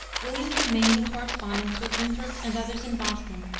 williams remained in correspondence with winthrop and others in boston,